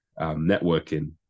networking